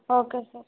okay sir